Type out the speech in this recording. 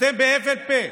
אתם בהבל פה,